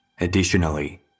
Additionally